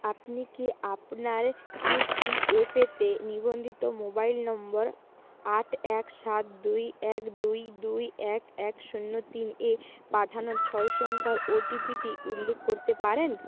আপনি কি আপনার ইউ পি এফ এ তে নিবন্ধিত মোবাইল নম্বর আট এক সাত দুই এক দুই দুই এক এক শূন্য তিন এ পাঠানো ছয় সংখ্যার ওটিপিটি উল্লেখ করতে পারেন